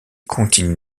continue